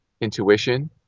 intuition